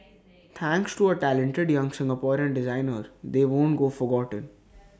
thanks to A talented young Singaporean designer they won't go forgotten